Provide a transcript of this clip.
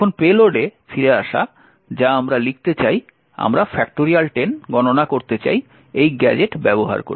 এখন পেলোডে ফিরে আসা যা আমরা লিখতে চাই আমরা 10 গণনা করতে চাই এই গ্যাজেট ব্যবহার করে